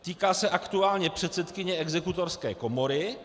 Týká se aktuálně předsedkyně Exekutorské komory.